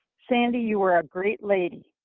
sandy, you were a great lady.